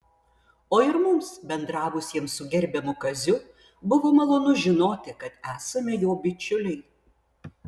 o ir mums bendravusiems su gerbiamu kaziu buvo malonu žinoti kad esame jo bičiuliai